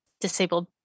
disabled